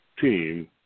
team